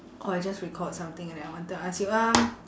orh I just recalled something and I wanted to ask you um